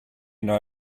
know